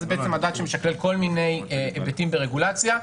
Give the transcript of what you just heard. זה משקלל כל מיני היבטים ברגולציה.